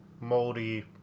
moldy